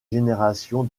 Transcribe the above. génération